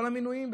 בכל המינויים,